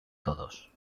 todos